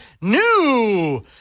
new